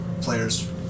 players